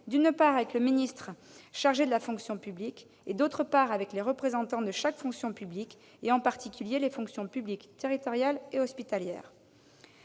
échanges avec le ministre chargé de la fonction publique, d'une part, et avec les représentants de chaque fonction publique, en particulier des fonctions publiques territoriale et hospitalière,